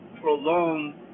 prolonged